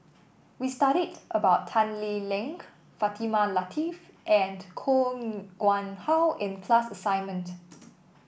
we studied about Tan Lee Leng Fatimah Lateef and Koh Nguang How in class assignment